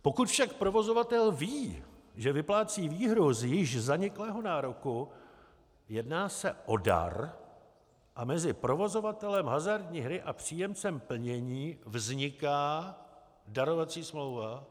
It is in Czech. Pokud však provozovatel ví, že vyplácí výhru z již zaniklého nároku, jedná se o dar a mezi provozovatelem hazardní hry a příjemcem plnění vzniká darovací smlouva.